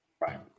Right